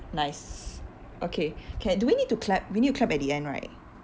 nice okay can do we need to clap we need to clap at the end right